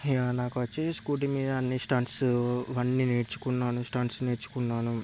నాకు వచ్చి స్కూటీ మీద అన్ని స్టంట్స్ అవన్ని నేర్చుకున్నాను స్టంట్స్ నేర్చుకున్నాను